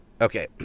Okay